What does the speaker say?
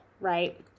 right